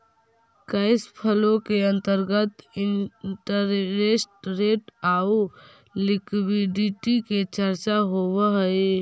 cash flow के अंतर्गत interest rate आउ लिक्विडिटी के चर्चा होवऽ हई